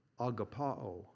agapao